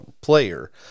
player